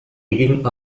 digging